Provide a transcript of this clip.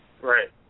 right